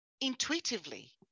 intuitively